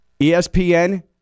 ESPN